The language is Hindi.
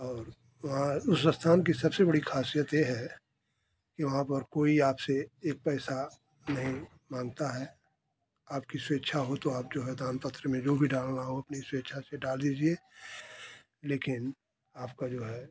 और वहाँ उस स्थान की सबसे बड़ी खासियत ये है कि वहाँ पर कोई आपसे एक पैसा नहीं मांगता है आपकी स्वेच्छा हो तो आप जो है दानपत्र में जो भी डालना हो अपनी स्वेच्छा डाल दीजिए लेकिन आपका जो है